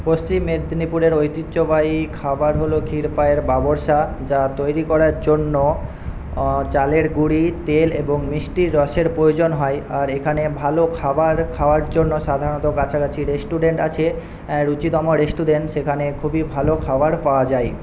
পশ্চিম মেদনীপুরের ঐতিহ্যবাহী খাবার হল ক্ষীরপাইয়ের ব্যবসা যা তৈরি করার জন্য চালের গুঁড়ি তেল এবং মিষ্টির রসের প্রয়োজন হয় আর এখানে ভালো খাবার খাওয়ার জন্য সাধারণত কাছাকাছি রেষ্টুরেন্ট আছে রুচিতমা রেষ্টুরেন্ট সেখানে খুবই ভালো খাবার পাওয়া যায়